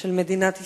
של מדינת ישראל.